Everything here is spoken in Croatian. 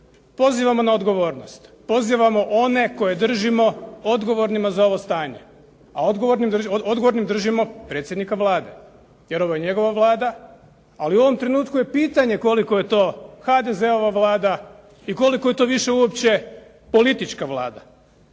pozivamo na odgovornost. Pozivamo one koje držimo odgovornima za ovo stanje, a odgovornim držimo predsjednika Vlade, jer ovo je njegova Vlada, ali u ovom trenutku je pitanje koliko je to HDZ-ova Vlada i koliko je to više uopće politička Vlada.